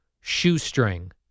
shoestring